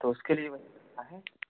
तो उसके लिए वही करना है